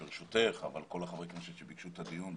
לכל חברי הכנסת שביקשו את הדיון,